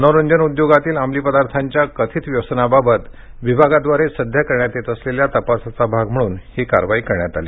मनोरंजन उद्योगातील अमली पदार्थांच्या कथित व्यवसनाबाबत विभागाद्वारे सध्या करण्यात येत असलेल्या तपासाचा भाग म्हणून ही कारवाई करण्यात आली